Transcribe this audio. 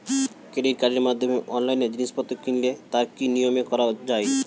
Credit কার্ডের মাধ্যমে অনলাইনে জিনিসপত্র কিনলে তার কি নিয়মে করা যায়?